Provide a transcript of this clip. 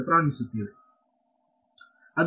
ಅದು ಆಗುತ್ತದೆಯೇ